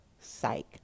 Psych